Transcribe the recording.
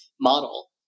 model